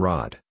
Rod